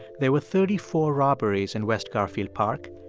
there were thirty four robberies in west garfield park,